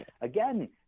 again